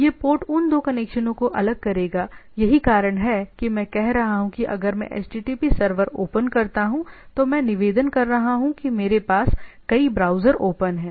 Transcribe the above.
यह पोर्ट उन दो कनेक्शनों को अलग करेगा यही कारण है कि मैं कह रहा हूं कि अगर मैं एक http सर्वर ओपन करता हूं तो मैं निवेदन कर रहा हूं कि मेरे पास कई ब्राउज़र ओपन हैं